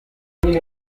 tuzi